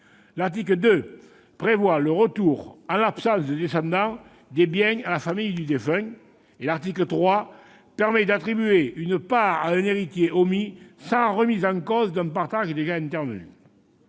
L'article 2 prévoit le retour, en l'absence de descendants, des biens à la famille du défunt. L'article 3 permet l'attribution d'une part à un héritier omis, sans remise en cause d'un partage déjà intervenu.